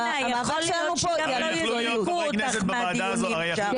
שגם לא יזרקו אותך מהדיונים שם.